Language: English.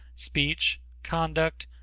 speech, conduct,